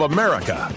America